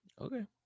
Okay